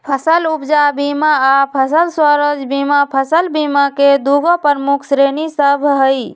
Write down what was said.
फसल उपजा बीमा आऽ फसल राजस्व बीमा फसल बीमा के दूगो प्रमुख श्रेणि सभ हइ